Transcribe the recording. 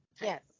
Yes